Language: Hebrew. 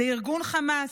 זה ארגון חמאס,